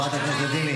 את מחללת את הדגל.